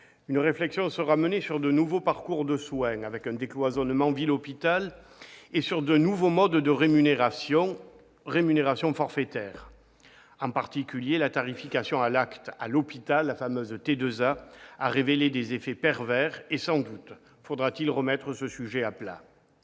Une réflexion sera menée sur de nouveaux parcours de soins- décloisonnement ville-hôpital -et sur de nouveaux modes de rémunération, tels que la rémunération forfaitaire. En particulier, la tarification à l'acte à l'hôpital, la fameuse T2A, a révélé des effets pervers ; sans doute faudra-t-il remettre ce sujet à plat.